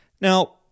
Now